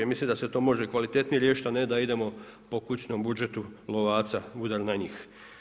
Mislim da se to može kvalitetnije riješiti, a ne da idemo po kućnom budžetu lovaca udar na njih.